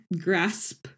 grasp